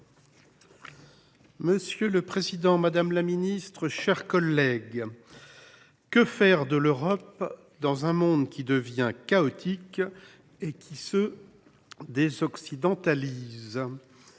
Monsieur le président, madame la secrétaire d’État, mes chers collègues, que faire de l’Europe dans un monde qui devient chaotique et qui se désoccidentalise ?